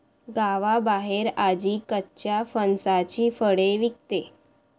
गावाबाहेर आजी कच्च्या फणसाची फळे विकते